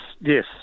yes